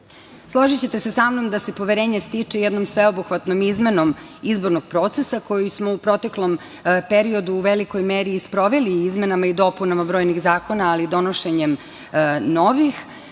ne. Složićete se sa mnom da se poverenje stiče jednom sveobuhvatnom izmenom izbornog procesa koji smo u proteklom periodu uveli, u velikoj meri i sproveli izmenama i dopunama brojnih zakona, ali i donošenjem